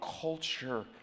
culture